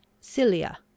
cilia